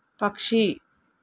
పక్షి